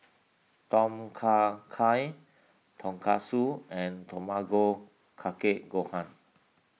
Tom Kha Gai Tonkatsu and Tamago Kake Gohan